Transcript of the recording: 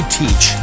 teach